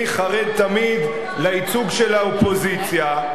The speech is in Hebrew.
כיוון שאדוני חרד תמיד לייצוג של האופוזיציה,